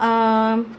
um